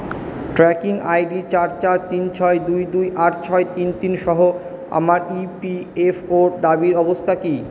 tracking I D চার চার তিন ছয় দুই দুই আট ছয় তিন তিন সহ আমার ই পি এফ ও র দাবির অবস্থা কী